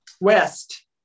West